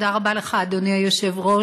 תודה רבה לך, אדוני היושב-ראש.